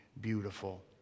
beautiful